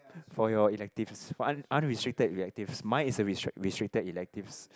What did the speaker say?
for your elective unrestricted elective mine is a restricted electives